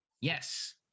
Yes